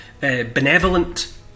Benevolent